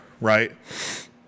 Right